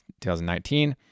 2019